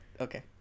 Okay